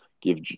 give